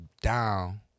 down